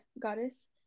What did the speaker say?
goddess